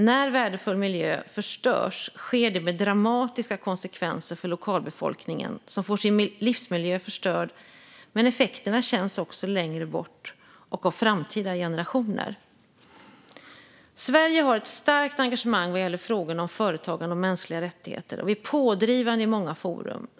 När värdefull miljö förstörs sker det med dramatiska konsekvenser för lokalbefolkningen, som får sin livsmiljö förstörd, men effekterna känns också längre bort och av framtida generationer. Sverige har ett starkt engagemang vad gäller frågorna om företagande och mänskliga rättigheter och är pådrivande i många forum.